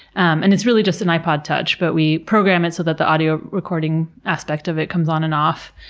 and it's really just an ipod touch, but we program it so that the audio recording aspect of it comes on and off,